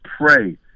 pray